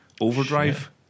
overdrive